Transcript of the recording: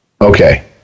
okay